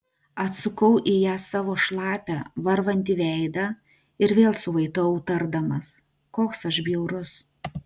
atsukau į ją savo šlapią varvantį veidą ir vėl suvaitojau tardamas koks aš bjaurus